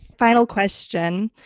final question.